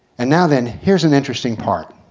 and now then here's an interesting part.